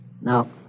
No